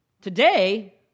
today